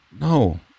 No